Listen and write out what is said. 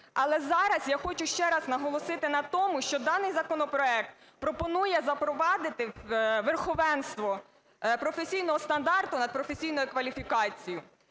Але зараз я хочу ще раз наголосити на тому, що даний законопроект пропонує запровадити верховенство професійного стандарту над професійною кваліфікацією.